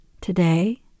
Today